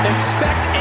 Expect